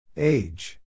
Age